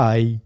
Bye